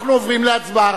אנחנו עוברים להצבעה,